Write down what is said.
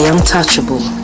Untouchable